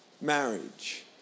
marriage